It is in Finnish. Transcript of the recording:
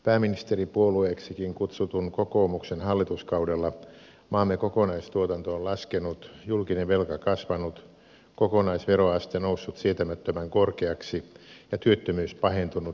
pääministeripuolueeksikin kutsutun kokoomuksen hallituskaudella maamme kokonaistuotanto on laskenut julkinen velka kasvanut kokonaisveroaste noussut sietämättömän korkeaksi ja työttömyys pahentunut ennennäkemättömällä tavalla